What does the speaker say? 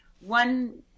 one